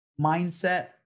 mindset